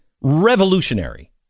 revolutionary